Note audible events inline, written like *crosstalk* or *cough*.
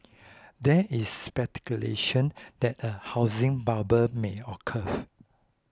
there is *unintelligible* that a housing bubble may occur *hesitation*